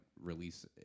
release